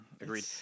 Agreed